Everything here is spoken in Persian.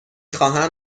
خواهم